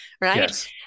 right